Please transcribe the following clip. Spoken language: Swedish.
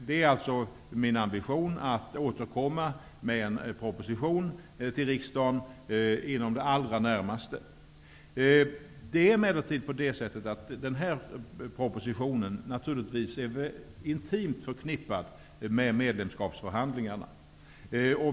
Det är min ambition att återkomma med en proposition till riksdagen inom den allra närmaste tiden. Den här propositionen är naturligtvis intimt förknippad med medlemskapsförhandlingarna.